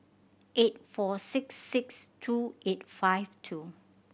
eight four six six two eight five two